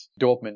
Dortmund